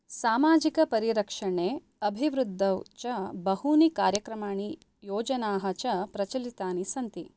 सामाजिकपरिरक्षणे अभिवृद्धौ च बहूनि कार्यक्रमाणि योजनाः च प्रचलितानि सन्ति